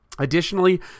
Additionally